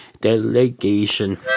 delegation